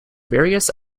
various